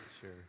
Sure